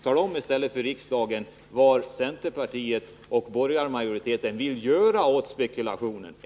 Tala om för riksdagen vad centerpartiet och borgarmajoriteten vill göra åt spekulationen!